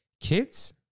kids